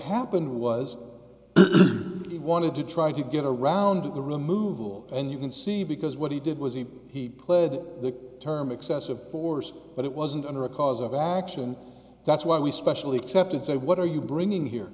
happened was he wanted to try to get a round in the removal and you can see because what he did was he pled the term excessive force but it wasn't under a cause of action that's why we specially accepted say what are you bringing here